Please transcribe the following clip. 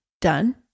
done